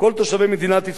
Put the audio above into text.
ערבים כיהודים,